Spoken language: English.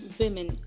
women